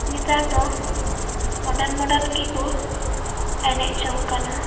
ᱱᱮᱛᱟᱨ ᱫᱚ ᱢᱳᱰᱟᱱ ᱢᱳᱰᱟᱱ ᱜᱮᱠᱚ ᱮᱱᱮᱡ ᱡᱚᱝ ᱠᱟᱱᱟ